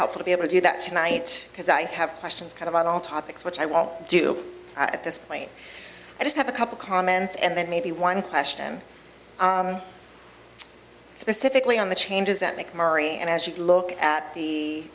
helpful to be able to do that tonight because i have questions kind of on all topics which i will do at this point i just have a couple comments and then maybe one question specifically on the changes that macmurray and as you look at the